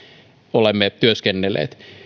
olemme työskennelleet